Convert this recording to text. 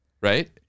right